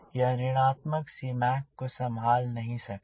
यह ऋणात्मक Cmac को संभाल नहीं सकता